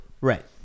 Right